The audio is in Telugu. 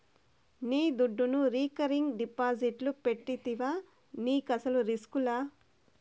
నీ దుడ్డును రికరింగ్ డిపాజిట్లు పెడితివా నీకస్సలు రిస్కులా